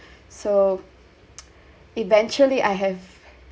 so eventually I have